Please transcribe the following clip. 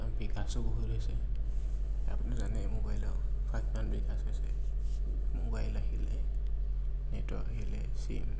বিকাশো বহুত হৈছে আপুনি জানে মোবাইলৰ বিকাশ হৈছে মোবাইল আহিলে নেটৱৰ্ক আহিলে চিম